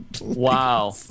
Wow